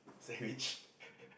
sandwich